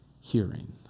hearing